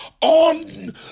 on